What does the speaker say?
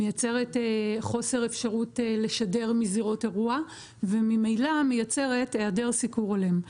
מייצרת חופש אפשרות לשדר מזירות אירוע וממילא מייצרת היעדר סיקור הולם.